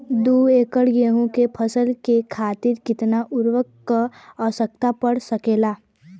दो एकड़ गेहूँ के फसल के खातीर कितना उर्वरक क आवश्यकता पड़ सकेल?